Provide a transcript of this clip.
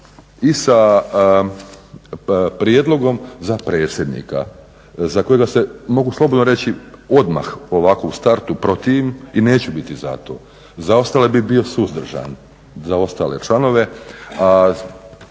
i sa prijedlogom za predsjednika za kojega se, mogu slobodno reći odmah ovako u startu, protivim i neću biti za to. Za ostale bih bio suzdržan, za ostale članove,